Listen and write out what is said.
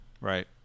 right